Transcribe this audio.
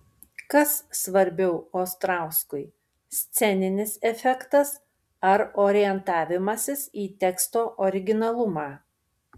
kas svarbiau ostrauskui sceninis efektas ar orientavimasis į teksto originalumą